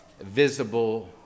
visible